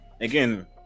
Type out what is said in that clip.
Again